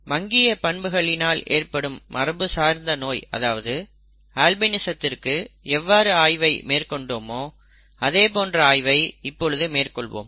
மங்கிய பண்புகளினால் ஏற்படும் மரபணு சார்ந்த நோய் அதாவது அல்பினிசதிர்க்கு எவ்வாறு ஆய்வு மேற்கொண்டோமோ அதே போன்ற ஆய்வை இப்பொழுது மேற்கொள்வோம்